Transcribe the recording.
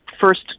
first